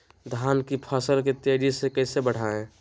धान की फसल के तेजी से कैसे बढ़ाएं?